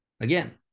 Again